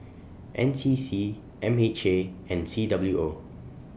N C C M H A and C W O